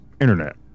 internet